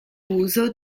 uso